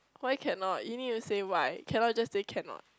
why cannot you need to say why cannot just say cannot